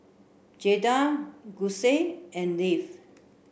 Jaeda Gussie and Leif